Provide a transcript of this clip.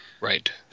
Right